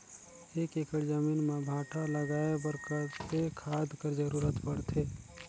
एक एकड़ जमीन म भांटा लगाय बर कतेक खाद कर जरूरत पड़थे?